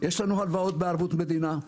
יש לנו הלוואות בערבות מדינה,